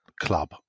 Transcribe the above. club